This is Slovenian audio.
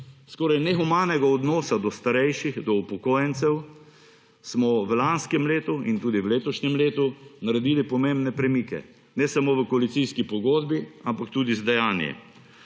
skoraj nehumanega odnosa do starejših, do upokojencev, smo v lanskem letu in tudi v letošnjem letu naredili pomembne premike, ne samo v koalicijski pogodbi, ampak tudi z dejanji.